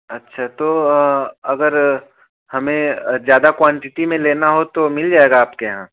अच्छा तो अगर हमें ज़्यादा क्वांटिटी में लेना हो तो मिल जाएगा आपके यहाँ